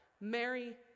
Mary